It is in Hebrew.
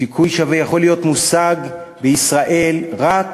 סיכוי שווה יכול להיות מושג בישראל רק,